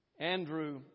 Andrew